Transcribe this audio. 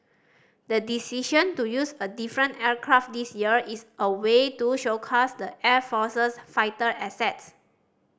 the decision to use a different aircraft this year is a way to showcase the air force's fighter assets